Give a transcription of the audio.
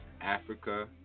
Africa